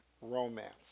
romance